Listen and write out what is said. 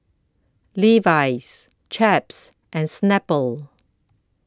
Levi's Chaps and Snapple